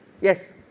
Yes